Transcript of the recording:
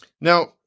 Now